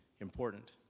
important